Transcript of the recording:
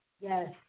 Yes